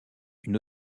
une